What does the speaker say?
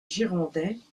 girondins